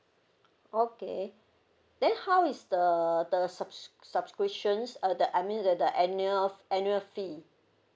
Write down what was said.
okay then how is the the subs~ subscriptions uh the I mean the the annual annual fees